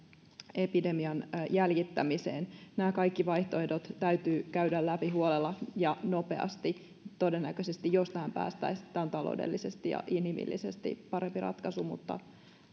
epidemian jäljittämiseen nämä kaikki vaihtoehdot täytyy käydä läpi huolella ja nopeasti jos tähän päästäisiin tämä olisi todennäköisesti taloudellisesti ja inhimillisesti parempi ratkaisu